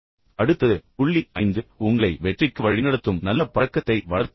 அடுத்தது புள்ளி ஐந்து உங்களை வெற்றிக்கு வழிநடத்தும் நல்ல பழக்கத்தை வளர்ப்பது பற்றி